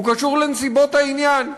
הוא קשור לנסיבות העניין.